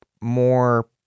more